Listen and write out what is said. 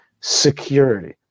security